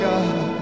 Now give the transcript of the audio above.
God